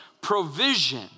provision